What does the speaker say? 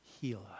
heal